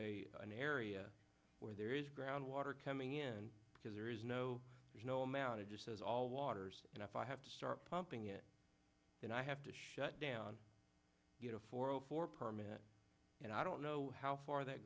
an area where there is ground water coming in because there is no there's no amount of just says all waters and if i have to start pumping it then i have to shut down for permit and i don't know how far that